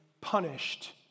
punished